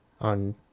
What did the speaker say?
on